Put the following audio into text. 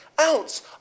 ounce